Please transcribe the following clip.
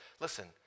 Listen